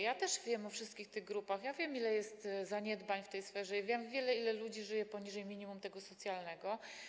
Ja też wiem, o tych wszystkich grupach, wiem, ile jest zaniedbań w tej sferze i wiem, ile ludzi żyje poniżej minimum tego socjalnego.